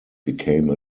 became